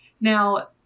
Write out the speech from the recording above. Now